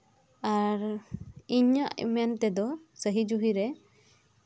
ᱟᱨ ᱤᱧᱟᱹᱜ ᱢᱮᱱ ᱛᱮᱫᱚ ᱥᱟᱹᱦᱤ ᱡᱩᱦᱤᱨᱮ